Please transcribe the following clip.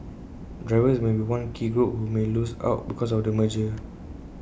drivers may be one key group who may lose out because of the merger